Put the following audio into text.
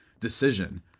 decision